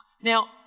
Now